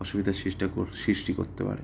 অসুবিধার সৃষ্টি সৃষ্টি করতে পারে